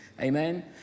Amen